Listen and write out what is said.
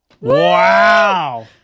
Wow